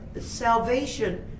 salvation